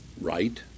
right